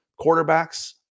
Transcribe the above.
quarterbacks